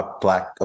Black